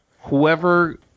Whoever